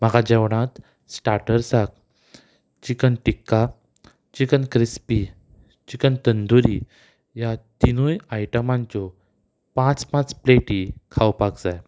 म्हाका जेवणांत स्टार्टर्साक chicken tikka chicken crispy chicken tandoori ह्या तिनूय आयटमांच्यो पांच पांच प्लेटी खावपाक जाय